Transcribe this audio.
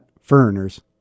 foreigners